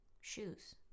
shoes